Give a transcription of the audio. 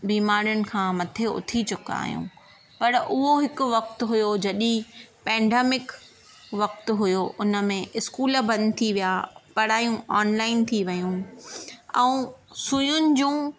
बीमारियुनि खां मथे उथी चुका आहियूं पर उहो हिकु वक़्तु हुओ जॾहिं पैंडेमिक वक़्तु हुओ उनमें इस्कूल बंदि थी विया पढ़ायूं ऑनलाइन थी वियूं ऐं सुईयुनि जूं